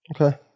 okay